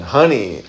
honey